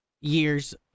years